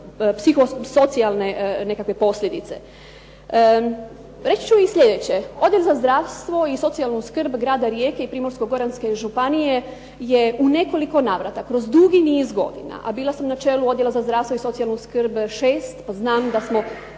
nekakve posljedice. Reći ću i sljedeće. Odjel za zdravstvo i socijalnu skrb Grada Rijeke i Primorsko-goranske županije je u nekoliko navrata kroz dugi niz godina, a bila sam na čelu Odjela za zdravstvo i socijalnu skrb šest, znam da smo